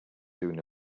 soon